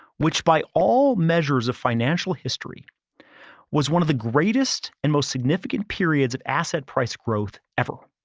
which by all measures of financial history was one of the greatest and most significant periods of asset price growth ever,